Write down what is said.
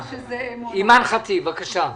בבקשה.